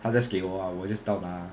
他 just 给我 ah 我 just 照那